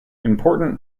important